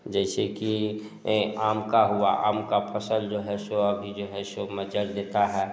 जैसे कि आम का हुआ आम का फसल जो है सो अभी जो है सो मचल देता है